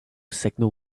signal